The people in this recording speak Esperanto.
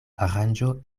aranĝo